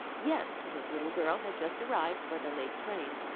yes, his little girl had just arrived by the late train.